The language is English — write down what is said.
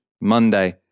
Monday